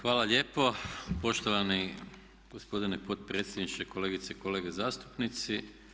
Hvala lijepo poštovani gospodine potpredsjedniče, kolegice i kolege zastupnici.